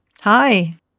Hi